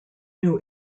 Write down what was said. new